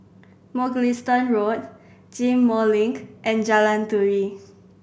Mugliston Road Ghim Moh Link and Jalan Turi